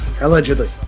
Allegedly